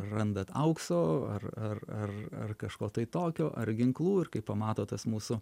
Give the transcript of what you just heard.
randat aukso ar ar ar ar kažko tokio ar ginklų ir kai pamato tas mūsų